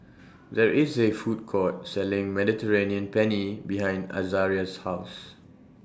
There IS A Food Court Selling Mediterranean Penne behind Azaria's House